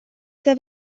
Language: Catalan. que